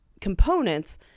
components